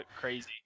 crazy